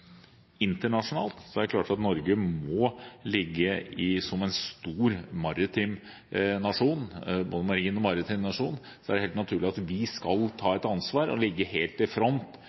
internasjonalt, er det helt naturlig at Norge, som en stor både marin og maritim nasjon, skal ta et ansvar og ligge helt i front